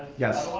yes,